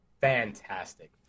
fantastic